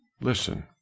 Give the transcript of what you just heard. listen